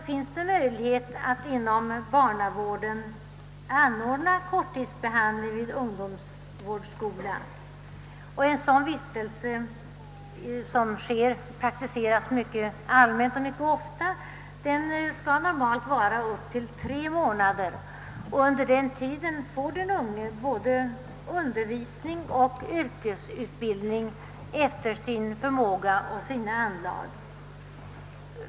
finns det möjlighet att inom barnavården anordna korttidsbehandling vid ungdomsvårdsskola. Detta är något som också praktiseras mycket allmänt. Vistelsen skall normalt vara upp till tre månader, under vilken tid den unge efter förmåga och anlag erhåller både undervisning och yrkesutbildning.